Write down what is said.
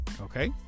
Okay